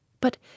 But